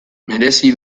merezi